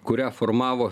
kurią formavo